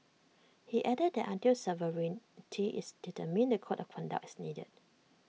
he added that until sovereignty is determined the code of conduct is needed